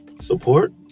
Support